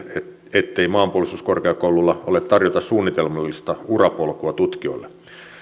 ettei maanpuolustuskorkeakoululla ole tarjota suunnitelmallista urapolkua tutkijoille